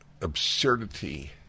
absurdity